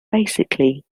basically